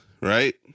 right